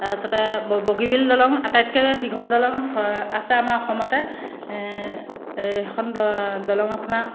তাৰপিছতে বগীবিল দলং আটাইতকৈ দীঘল দলং আছে আমাৰ অসমতে এইখন দলং আপোনাৰ